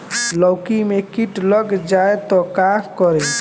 लौकी मे किट लग जाए तो का करी?